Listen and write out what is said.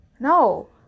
No